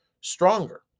stronger